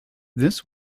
this